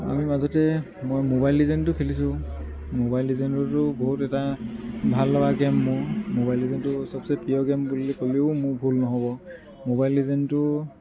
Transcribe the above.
আমি মাজতে মই মোবাইল লিজেণ্ডটো খেলিছোঁ মোবাইল লিজেণ্ডৰটো বহুত এটা ভাললগা গেম মোৰ মোৰ মোবাইল লিজেণ্ডটো চবচে প্ৰিয় গেম বুলি কলেও মোৰ ভুল নহ'ব মোবাইল লিজেণ্ডটো